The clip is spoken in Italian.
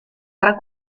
tra